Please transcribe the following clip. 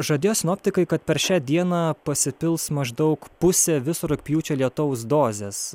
žadėjo sinoptikai kad per šią dieną pasipils maždaug pusė viso rugpjūčio lietaus dozės